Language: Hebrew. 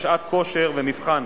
לשעת כושר ומבחן.